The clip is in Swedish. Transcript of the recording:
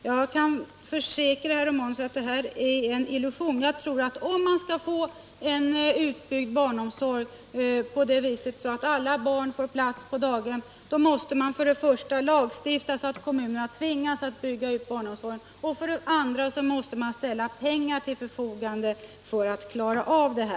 Jag kan försäkra herr Romanus att detta är en illusion. Jag tror att man för att få en sådan utbyggnad av barnomsorgen att alla barn får plats på daghem för det första måste lagstifta så att kommunerna tvingas att bygga ut barnomsorgen, för det andra måste ställa pengar till förfogande för att klara uppgiften.